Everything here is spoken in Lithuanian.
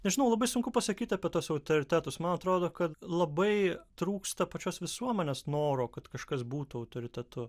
nežinau labai sunku pasakyti apie tuos autoritetus man atrodo kad labai trūksta pačios visuomenės noro kad kažkas būtų autoritetu